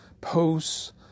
posts